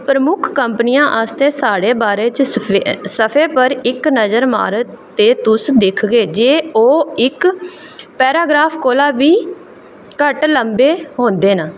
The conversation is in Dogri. प्रमुख कंपनियें आस्तै साढ़े बारे च सफें पर इक नजर मारो ते तुस दिखगे जे ओह् इक पैराग्राफ कोला बी घट्ट लम्मे होंदे न